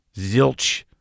Zilch